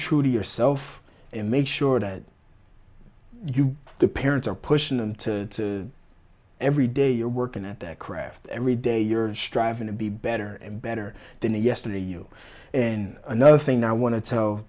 true to yourself and make sure that you the parents are pushing them to every day you're working at that craft every day you're striving to be better and better than yesterday you and another thing i want to tell